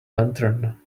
lantern